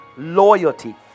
Loyalty